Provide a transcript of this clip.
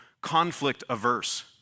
conflict-averse